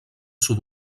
sud